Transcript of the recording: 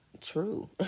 true